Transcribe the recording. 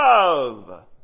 love